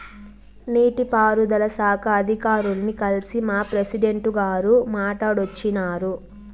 నీటి పారుదల శాఖ అధికారుల్ని కల్సి మా ప్రెసిడెంటు గారు మాట్టాడోచ్చినారు